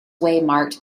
waymarked